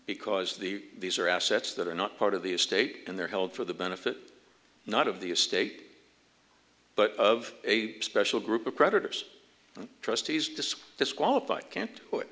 because the these are assets that are not part of the estate and they're held for the benefit not of the estate but of a special group of creditors and trustees disc disqualified can't